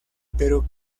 pero